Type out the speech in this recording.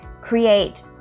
create